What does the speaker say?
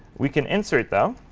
we can insert, though.